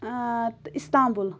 تہٕ اِستانٛبُل